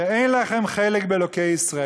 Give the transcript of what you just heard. שאין להם חלק באלוהי ישראל.